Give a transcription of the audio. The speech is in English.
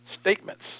statements